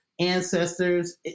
ancestors